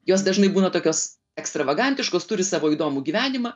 jos dažnai būna tokios ekstravagantiškos turi savo įdomų gyvenimą